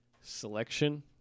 selection